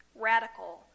radical